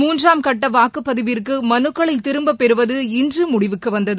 மூன்றாம் கட்டவாக்குப் பதிவிற்குமனுக்களைதிரும்பப் பெறுவது இன்றுமுடிவுக்குவந்தது